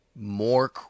more